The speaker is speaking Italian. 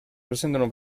presentano